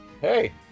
hey